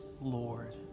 Lord